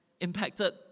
impacted